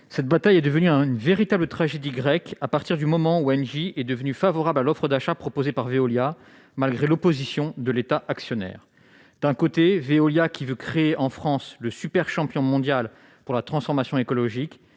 Cette bataille est devenue une véritable tragédie grecque à partir du moment où Engie a accepté l'offre d'achat proposée par Veolia malgré l'opposition de l'État actionnaire. D'un côté, Veolia veut créer en France le super champion mondial de la transformation écologique